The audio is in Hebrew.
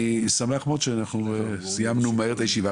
אני שמח מאוד שסיימנו מהר את הישיבה,